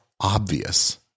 obvious